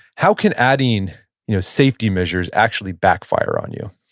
how can adding you know safety measures actually backfire on you?